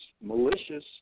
malicious